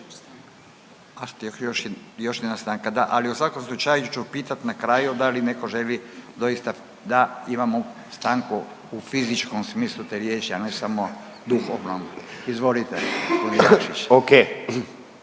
još jedna stanka? Da, ali u svakom slučaju ću pitati na kraju da li netko želi doista da imamo stanku u fizičkom smislu te riječi, a ne samo duhovnom. Izvolite. **Jakšić,